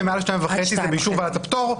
שבחקיקה ראשית ועדת חוקה,